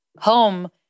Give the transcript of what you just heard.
home